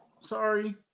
Sorry